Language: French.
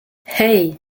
hey